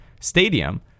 Stadium